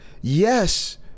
Yes